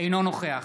אינו נוכח